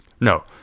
No